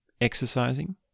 exercising